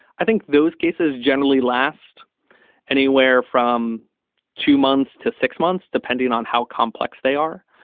i think those cases generally last anywhere from two months to six months depending on how complex they are.